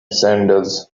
sandals